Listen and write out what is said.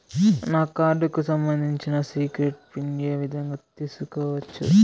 నా కార్డుకు సంబంధించిన సీక్రెట్ పిన్ ఏ విధంగా తీసుకోవచ్చు?